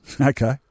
Okay